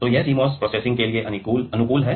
तो यह CMOS processing के अनुकूल है